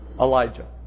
Elijah